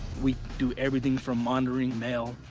we do everything from monitoring mail,